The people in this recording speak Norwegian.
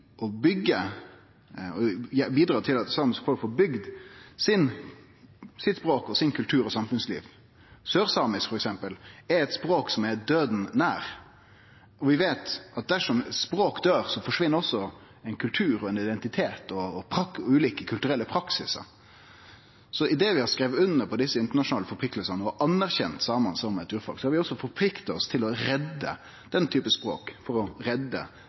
bidra til at det samiske folk får bygd sitt språk, sin kultur og sitt samfunnsliv. For eksempel er sørsamisk eit språk som er døden nær, og vi veit at dersom eit språk døyr, forsvinn også ein kultur, ein identitet og ulike kulturelle praksisar. Idet vi har skrive under på desse internasjonale forpliktingane og anerkjent samane som eit urfolk, har vi også forplikta oss til å redde slike språk, for å redde